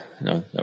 no